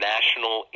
National